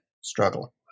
struggle